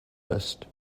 list